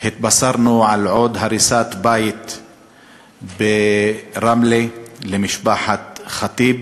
התבשרנו על עוד הריסת בית ברמלה, למשפחת ח'טיב,